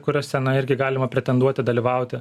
kuriose na irgi galima pretenduoti dalyvauti